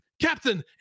captain